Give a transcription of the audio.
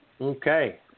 Okay